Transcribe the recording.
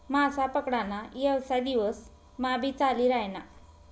मासा पकडा ना येवसाय दिवस मा भी चाली रायना